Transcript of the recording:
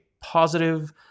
positive